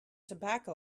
tobacco